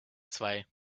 zwei